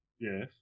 Yes